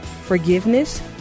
forgiveness